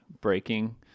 breaking